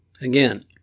Again